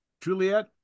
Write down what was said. Juliet